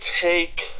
take